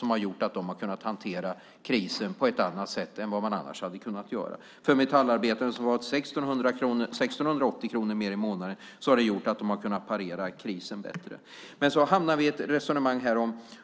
Det har gjort att de har kunnat hantera krisen på ett annat sätt än de annars hade kunnat göra. Metallarbetare som har fått 1 680 kronor mer i månaden har kunnat parera krisen bättre. Vi hamnar i ett resonemang här